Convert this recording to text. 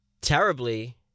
terribly